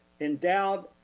Endowed